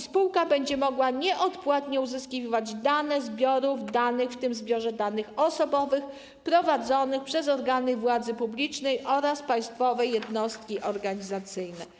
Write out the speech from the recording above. Spółka będzie mogła nieodpłatnie uzyskiwać dane ze zbiorów danych, w tym zbioru danych osobowych, prowadzonych przez organy władzy publicznej oraz państwowe jednostki organizacyjne.